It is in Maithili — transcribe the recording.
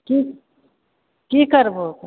की की करबहो